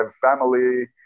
family